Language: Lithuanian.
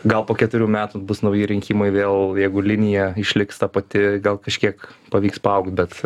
gal po keturių metų bus nauji rinkimai vėl jeigu linija išliks ta pati gal kažkiek pavyks paaugt bet